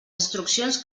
instruccions